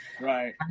Right